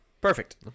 Perfect